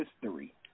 history